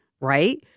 right